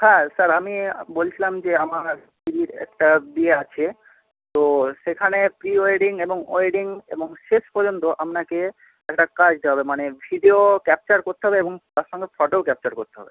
হ্যাঁ স্যার আমি বলছিলাম যে আমার দিদির একটা বিয়ে আছে তো সেখানে প্রি ওয়েডিং এবং ওয়েডিং এবং শেষ পর্যন্ত আপনাকে একটা কাজ দেওয়া হবে মানে ভিডিও ক্যাপচার করতে হবে এবং তার সঙ্গে ফটোও ক্যাপচার করতে হবে